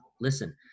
listen